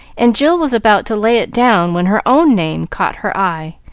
and jill was about to lay it down when her own name caught her eye,